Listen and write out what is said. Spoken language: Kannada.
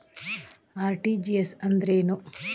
ಆರ್.ಟಿ.ಜಿ.ಎಸ್ ಅಂದ್ರೇನು?